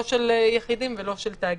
לא של יחידים ולא של תאגידים.